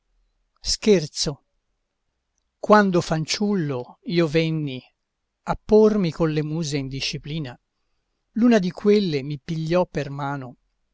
d'alloro quando fanciullo io venni a pormi con le muse in disciplina l'una di quelle mi pigliò per mano